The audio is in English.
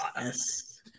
yes